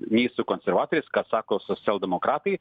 neis su konservatoriais ką sako socialdemokratai